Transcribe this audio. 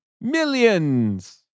Millions